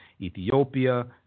Ethiopia